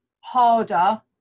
harder